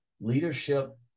leadership